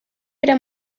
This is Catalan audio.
fira